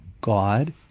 God